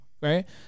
right